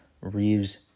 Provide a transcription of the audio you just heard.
reeves